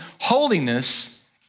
holiness